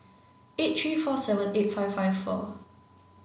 eight three four seven eight five five four